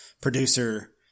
producer